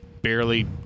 barely